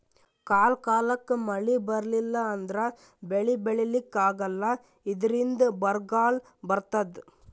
ಕಾಲ್ ಕಾಲಕ್ಕ್ ಮಳಿ ಬರ್ಲಿಲ್ಲ ಅಂದ್ರ ಬೆಳಿ ಬೆಳಿಲಿಕ್ಕ್ ಆಗಲ್ಲ ಇದ್ರಿಂದ್ ಬರ್ಗಾಲ್ ಬರ್ತದ್